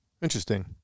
Interesting